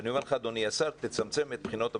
אני אומר לך אדוני השר, תצמצם את בחינות הבגרות.